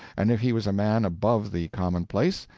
and if he was a man above the common-place,